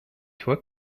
toi